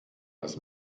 lass